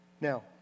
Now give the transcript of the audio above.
Now